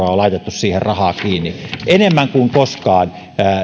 siihen rahaa kiinni enemmän kuin koskaan